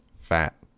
Fat